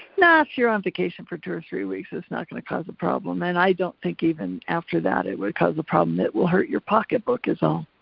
nah, if you're on vacation for two or three weeks it's not gonna cause a problem, and i don't think even after that it would cause a problem. it will hurt your pocketbook is all.